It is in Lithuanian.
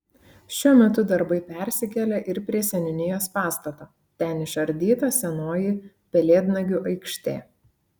šiuo metu darbai persikėlė ir prie seniūnijos pastato ten išardyta senoji pelėdnagių aikštė